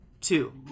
Two